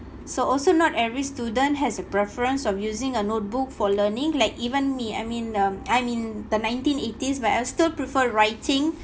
so also not every student has a preference of using a notebook for learning like even me I mean um I'm in the nineteen-eighties but I still prefer writing